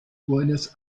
buenos